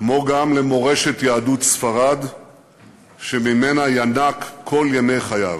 כמו גם למורשת יהדות ספרד שממנה ינק כל ימי חייו.